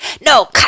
no